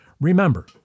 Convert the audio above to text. Remember